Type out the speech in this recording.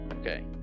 okay